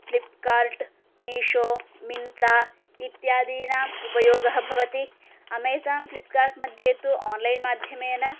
Flipkart Meesho Myntra इत्यादीनाम् उपयोगः भवति अमेज़ान् फ़्लिप्कार्ट्मध्ये तु आन्लैन्माध्यमेन